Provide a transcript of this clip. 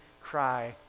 cry